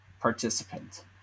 participant